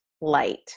light